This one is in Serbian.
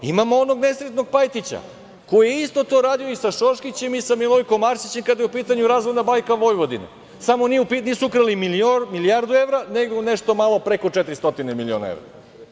Imamo onog nesrećnog Pajkića, koji je isto to radio i sa Šoškićem i sa Milojkom Arsiće kada je u pitanju „Razvojna banka Vojvodine“, samo nisu ukrali milijardu evra, nego nešto malo preko 400 miliona evra.